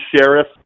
sheriff